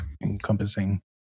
encompassing